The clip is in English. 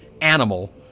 animal